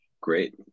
great